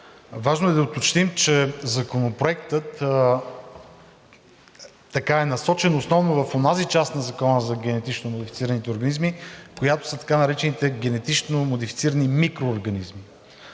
Важно е да уточним, че Законопроектът така е насочен основно в онази част на Закона за генетично модифицираните организми, в която са така наречените генетично модифицирани микроорганизми.